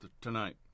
tonight